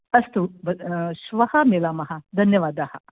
अस्तु श्वः मिलामः धन्यवादाः